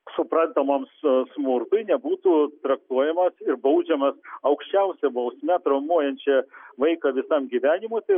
suprantamoms smurtui nebūtų traktuojamas ir baudžiamas aukščiausia bausme traumuojančia vaiką visam gyvenimui tai